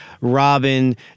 Robin